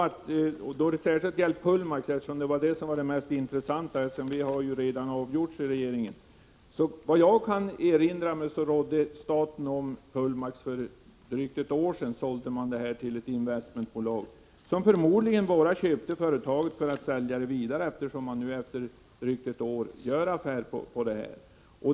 Herr talman! Pullmaxärendet är det mest intressanta, eftersom det redan avgjorts i regeringen. Enligt vad jag kan erinra mig rådde staten om Pullmax. För drygt ett år sedan sålde man företaget till ett investmentbolag, som förmodligen köpte företaget bara för att sälja det vidare, eftersom man nu efter drygt ett år gör en sådan affär.